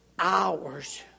hours